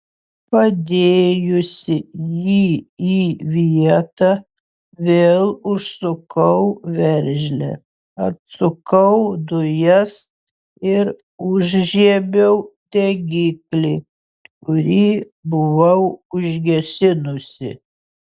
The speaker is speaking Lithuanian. padėjusi jį į vietą vėl užsukau veržlę atsukau dujas ir užžiebiau degiklį kurį buvau užgesinusi